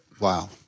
Wow